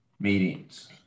meetings